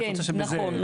את רוצה שבזה --- כן,